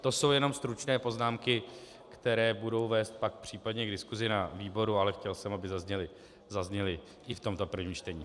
To jsou jenom stručné poznámky, které budou vést pak případně k diskusi na výboru, ale chtěl jsem, aby zazněly i v tomto prvním čtení.